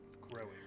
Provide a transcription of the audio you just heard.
growing